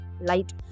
light